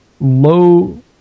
low